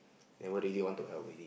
never ready want to help already